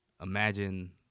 imagine